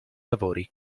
lavori